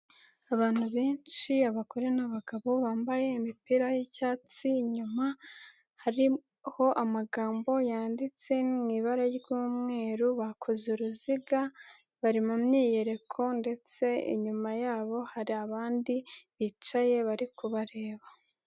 Abantu benshi, abagore n'abagabo, bambaye imipira y'icyatsi, inyuma hariho amagambo yanditse mu ibara ry'umweru, bakoze uruziga, bari mu myiyereko ndetse inyuma yabo hari abandi, bicaye bari kubareba.